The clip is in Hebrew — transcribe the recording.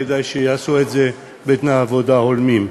כדאי שיעשו את זה בתנאי עבודה הולמים.